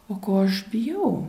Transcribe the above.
o ko aš bijau